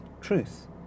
truth